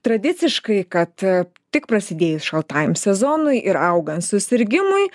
tradiciškai kad tik prasidėjus šaltajam sezonui ir augant susirgimui